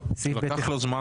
אין לא אושר.